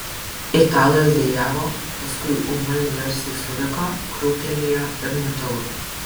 italas dejavo paskui ūmai garsiai suriko krūptelėjo ir nutilo